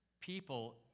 people